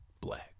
black